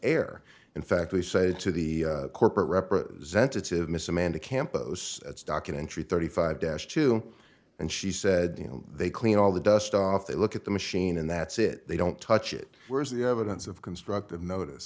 air in fact they said to the corporate representative miss amanda camp a documentary thirty five dash two and she said you know they clean all the dust off they look at the machine and that's it they don't touch it where's the evidence of constructive notice